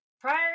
Prior